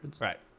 Right